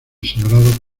sagrados